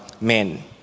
men